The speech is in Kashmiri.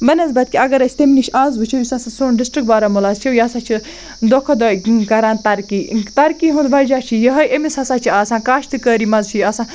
بَنسبط کہِ اگر أسۍ تَمہِ نِش اَز وٕچھو یُس ہَسا سون ڈِسٹِرٛک بارہموٗلہ چھِ یہِ ہَسا چھِ دۄہ کھۄتہٕ دۄہ کَران ترقی ترقی ہُنٛد وجہ چھِ یِہٕے أمِس ہَسا چھِ آسان کاشتٕکٲری منٛز چھِ یہِ آسان